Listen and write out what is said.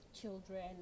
children